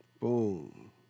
boom